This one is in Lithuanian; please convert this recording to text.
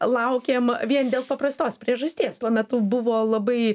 laukėm vien dėl paprastos priežasties tuo metu buvo labai